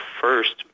first